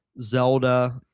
Zelda